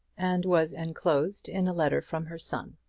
and was enclosed in a letter from her son.